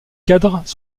cadres